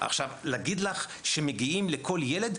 עכשיו להגיד לך שמגיעים לכל ילד?